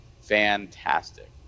fantastic